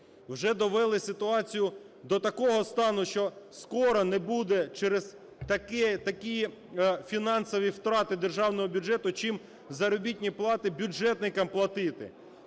Вже довели ситуацію до такого стану, що скоро не буде через такі фінансові втрати державного бюджету чим заробітні плати бюджетникам платити.